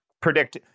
predict